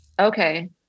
Okay